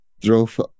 drove